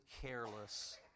careless